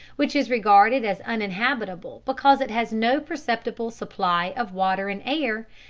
which is regarded as uninhabitable because it has no perceptible supply of water and air,